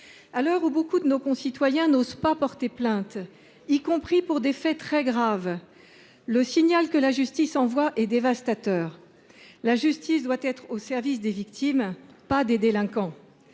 À l’heure où nombre de nos concitoyens n’osent pas porter plainte, y compris pour des faits très graves, le signal que la justice envoie est dévastateur. Celle ci doit être au service des victimes, non des délinquants